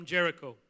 Jericho